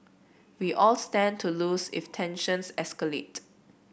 we all stand to lose if tensions escalate